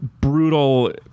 brutal